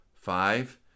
Five